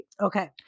Okay